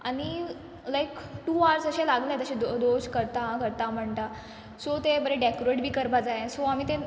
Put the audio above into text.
आनी like to आर्ज अशें लागले तशें दो दोश करता करता म्हणटा सो तें बरें डॅकोरेट बी करपा जायें सो आमी तें